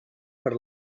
per